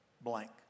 blank